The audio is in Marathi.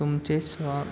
तुमचे सॉ